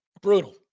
Brutal